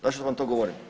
Zašto vam to govorim?